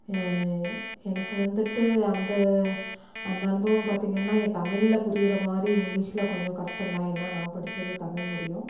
எனக்கு வந்துட்டு அந்த அந்த அனுபவம் பார்த்திங்கன்னா தமிழில் புரிகிற மாதிரி இங்கிலீஷில் கொஞ்சம் கஷ்டம் தான் ஏன்னால் நான் படித்தது தமிழ் மீடியம்